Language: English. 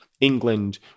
England